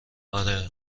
آره